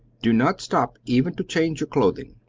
do not stop even to change your clothing!